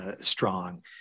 strong